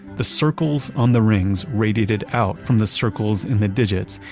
the circles on the rings radiated out from the circles in the digits,